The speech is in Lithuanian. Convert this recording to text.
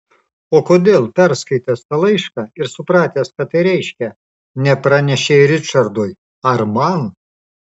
o kodėl perskaitęs tą laišką ir supratęs ką tai reiškia nepranešei ričardui ar man